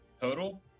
Total